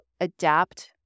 adapt